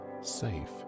safe